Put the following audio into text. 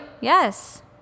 Yes